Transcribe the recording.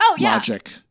logic